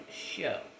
show